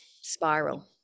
spiral